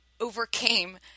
overcame